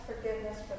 forgiveness